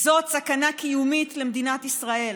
זאת סכנה קיומית למדינת ישראל.